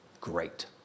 Great